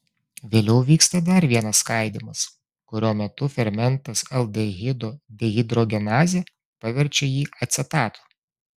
vėliau vyksta dar vienas skaidymas kurio metu fermentas aldehido dehidrogenazė paverčia jį acetatu